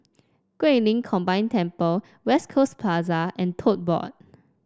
Guilin Combined Temple West Coast Plaza and Tote Board